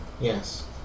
Yes